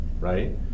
right